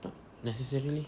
not necessarily